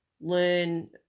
learn